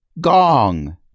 gong